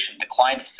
declined